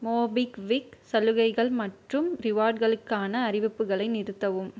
MobiKwik சலுகைகள் மற்றும் ரிவார்ட்களுக்கான அறிவிப்புகளை நிறுத்தவும்